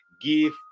give